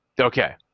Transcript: Okay